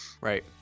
right